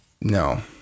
No